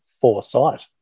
foresight